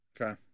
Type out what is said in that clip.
Okay